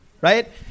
right